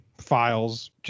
files